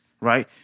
Right